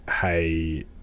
hey